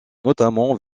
notamment